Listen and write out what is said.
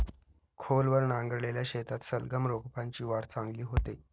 खोलवर नांगरलेल्या शेतात सलगम रोपांची वाढ चांगली होते